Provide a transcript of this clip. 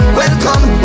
welcome